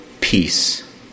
peace